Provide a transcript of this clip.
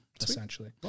essentially